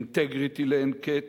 אינטגריטי לאין קץ,